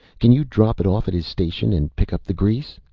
can you drop it off at his station and pick up the grease?